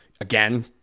again